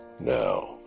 Now